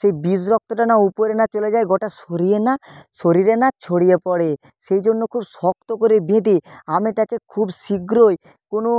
সেই বিষ রক্তটা না উপরে না চলে যায় গোটা শরীরে না শরীরে না ছড়িয়ে পড়ে সেই জন্য খুব শক্ত করে বেঁধে আমি তাকে খুব শীঘ্রই কোনো